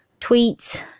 tweets